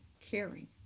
caring